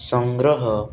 ସଂଗ୍ରହ